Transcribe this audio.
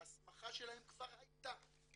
ההסמכה שלהם כבר הייתה.